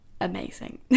amazing